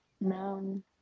No